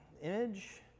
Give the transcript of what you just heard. image